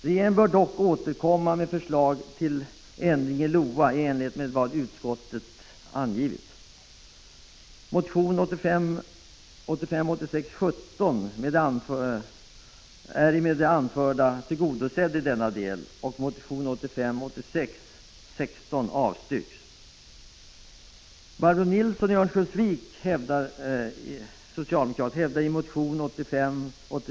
Regeringen bör dock återkomma med förslag till ändring i LOA i enlighet med vad utskottet har angivit.